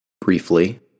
briefly